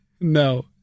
No